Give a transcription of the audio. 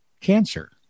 cancer